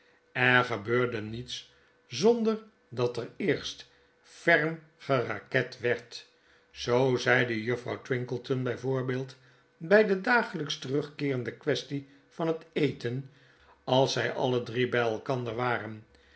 er gebeurde niets zonder dat er eerst ferm geraket werd zoo zeide juffrouw twinkleton by voorbeeld by de dagelijks terugkeerende quaestie van het eten als zy alle drie by elkander waren